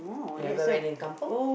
you ever went in kampung